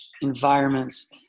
environments